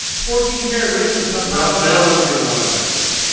fourteen karat ring would come up and no one's gonna want that ring.